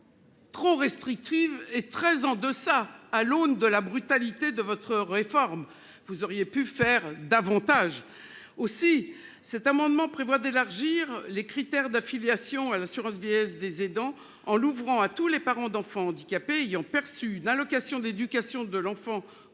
trop restrictives et très en deçà de ce qui est attendu, au vu de la brutalité de votre réforme. Vous auriez pu faire davantage ! Cet amendement vise donc à élargir les critères d'affiliation à l'assurance vieillesse des aidants en l'ouvrant à tous les parents d'enfants handicapés ayant perçu une allocation d'éducation de l'enfant handicapé